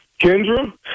Kendra